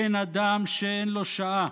אין אדם שאין לו שעה,